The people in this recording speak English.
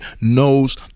knows